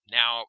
now